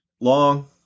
long